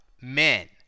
men